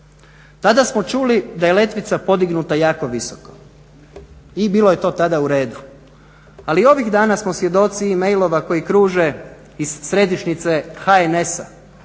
Tada smo čuli da je letvica podignuta jako visoko i bilo je to tada uredu. Ali ovih dana smo svjedoci e-mailova koji kruže iz središnjice HNS-a